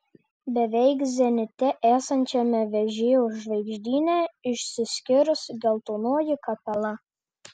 beveik zenite esančiame vežėjo žvaigždyne išsiskirs geltonoji kapela